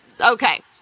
okay